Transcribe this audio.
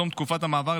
בתום תקופת מעבר,